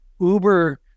uber